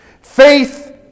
Faith